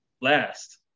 last